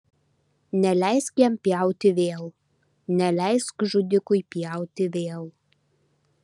neleisk jam pjauti vėl neleisk žudikui pjauti vėl